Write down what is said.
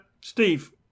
Steve